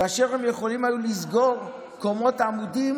כאשר הם היו יכולים לסגור קומות עמודים